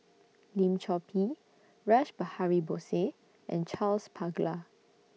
Lim Chor Pee Rash Behari Bose and Charles Paglar